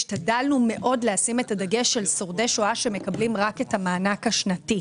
השתדלנו מאוד לשים את הדגש על שורדי שואה שמקבלים רק את המענק השנתי.